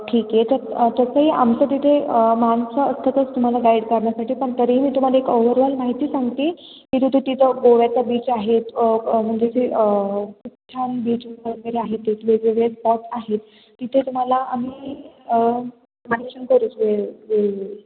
ठीक आहे त तसंही आमचं तिथे माणसं असतातच तुम्हाला गाईड करण्यासाठी पण तरीही मी तुम्हाला एक ओवरऑल माहिती सांगते की जिथे तिथं गोव्याचा बीच आहेत म्हणजे ते खूप छान बीच वगैरे आहेत तिथले वेगवेगळे स्पॉट आहेत तिथे तुम्हाला आम्ही मेनशन करूच